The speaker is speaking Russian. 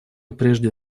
прежде